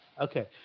Okay